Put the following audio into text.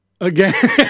again